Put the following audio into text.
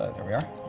ah there we are.